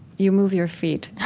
you move your feet.